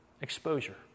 exposure